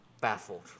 baffled